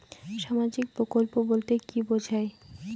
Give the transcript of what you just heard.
সামাজিক প্রকল্প বলতে কি বোঝায়?